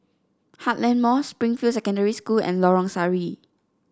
Heartland Mall Springfield Secondary School and Lorong Sari